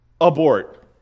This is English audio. abort